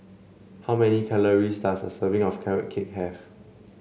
how many calories does a serving of Carrot Cake have